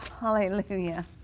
Hallelujah